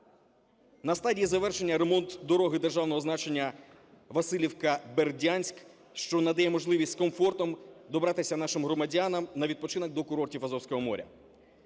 На стадії звершення ремонт дороги державного значення Василівка-Бердянськ, що надає можливість з комфортом добратися нашим громадянам на відпочинок до курортів Азовського моря.